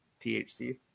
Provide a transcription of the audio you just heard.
THC